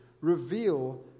reveal